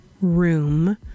room